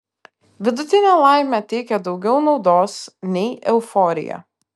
vidutinė laimė teikia daugiau naudos nei euforija